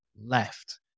left